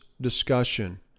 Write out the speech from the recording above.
discussion